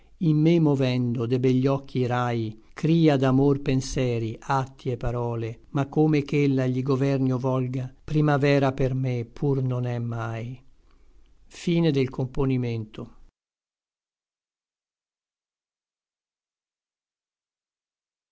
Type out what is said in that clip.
in me movendo de begli occhi i rai crïa d'amor penseri atti et parole ma come ch'ella gli governi o volga primavera per me pur non è mai